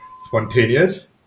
spontaneous